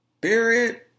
Period